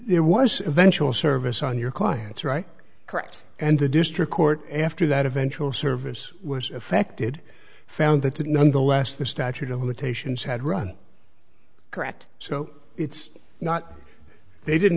it was eventually service on your client's right correct and the district court after that eventual service was affected found that it nonetheless the statute of limitations had run correct so it's not they didn't